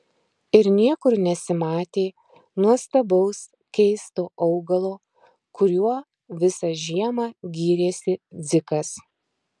ir niekur nesimatė nuostabaus keisto augalo kuriuo visą žiemą gyrėsi dzikas